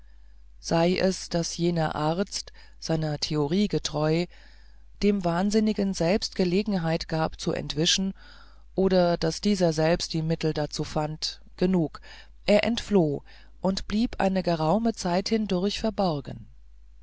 sei es daß jener arzt seiner theorie getreu dem wahnsinnigen selbst gelegenheit gab zu entwischen oder daß dieser selbst die mittel dazu fand genug er entfloh und blieb eine geraume zeit hindurch verborgen